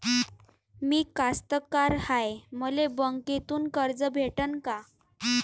मी कास्तकार हाय, मले बँकेतून कर्ज भेटन का?